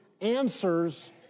answers